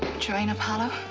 join apollo?